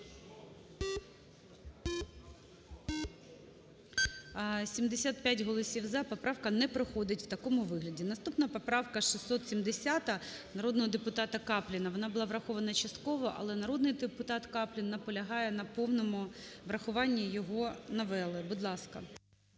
75 голосів – за. Поправка не проходить в такому вигляді. Наступна поправка - 670 народного депутатаКапліна. Вона була врахована частково. Але народний депутат Каплін наполягає на повному врахуванні його новели. Будь ласка.